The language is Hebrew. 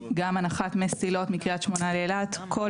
גם הנחת מסילות מקריית שמונה לאילת - כל